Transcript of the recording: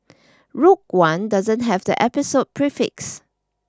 Rogue One doesn't have the episode prefix